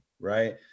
Right